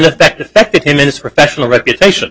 affected him in its professional reputation